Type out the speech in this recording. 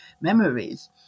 memories